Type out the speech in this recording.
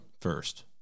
first